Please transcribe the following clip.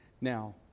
Now